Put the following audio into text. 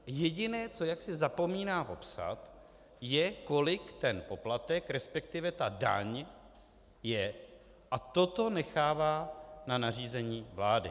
Jediné, co jaksi zapomíná popsat, je, kolik ten poplatek, resp. ta daň je, a toto nechává na nařízení vlády.